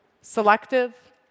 selective